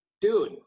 Dude